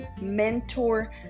mentor